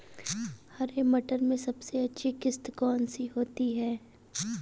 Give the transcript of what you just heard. हरे मटर में सबसे अच्छी किश्त कौन सी होती है?